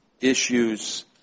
issues